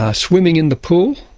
ah swimming in the pool,